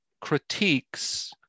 critiques